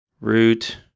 root